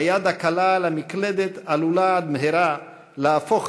היד הקלה על המקלדת עלולה עד מהרה להפוך,